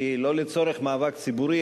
כי לא לצורך מאבק ציבורי,